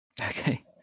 Okay